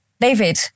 David